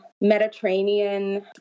Mediterranean